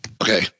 okay